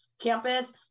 campus